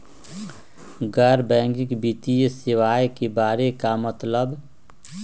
गैर बैंकिंग वित्तीय सेवाए के बारे का मतलब?